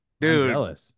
Dude